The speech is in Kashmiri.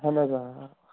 اَہَن حظ آ آ